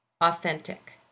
authentic